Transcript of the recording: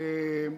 הלאומי (תיקון,